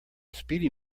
speedy